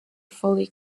fully